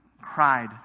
cried